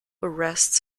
arrests